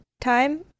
time